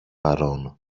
παρών